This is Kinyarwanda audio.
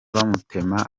bamutema